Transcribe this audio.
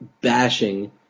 bashing